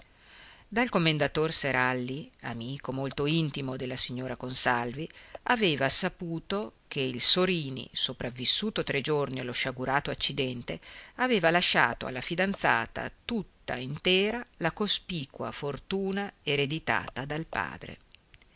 dal commendator seralli amico molto intimo della signora consalvi aveva saputo che il sorini sopravvissuto tre giorni allo sciagurato incidente aveva lasciato alla fidanzata tutta intera la cospicua fortuna ereditata dal padre